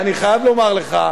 אני חייב לומר לך.